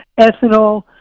ethanol